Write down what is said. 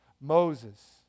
Moses